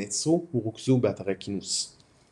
נעצרו ורוכזו באתרי כינוס.